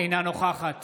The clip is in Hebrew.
אינה נוכחת